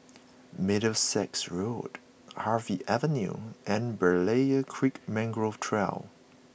Middlesex Road Harvey Avenue and Berlayer Creek Mangrove Trail